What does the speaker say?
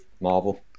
marvel